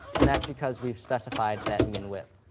and that's because we've specified that min-width.